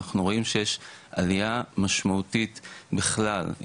אנחנו רואים שיש עלייה משמעותית בכלל,